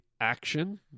action